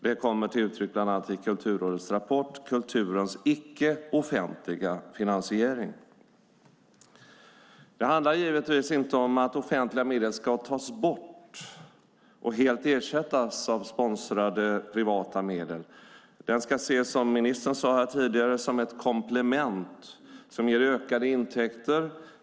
Det kommer till uttryck i bland annat Kulturrådets rapport Kulturens icke offentliga finansiering . Det handlar givetvis inte om att offentliga medel ska tas bort och helt ersättas av sponsring från privata medel. Den ska ses, som ministern sade tidigare, som ett komplement som ger ökade intäkter.